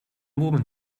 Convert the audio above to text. woman